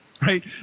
Right